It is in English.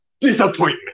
disappointment